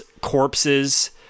corpses